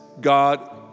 God